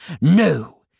No